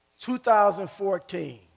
2014